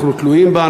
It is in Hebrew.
אנחנו תלויים בה,